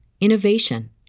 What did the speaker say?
innovation